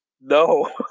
No